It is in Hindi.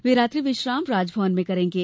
वे रात्रि विश्नाम राजभवन में करेंगे